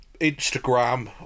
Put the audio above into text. Instagram